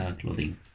clothing